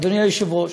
אדוני היושב-ראש: